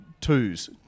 twos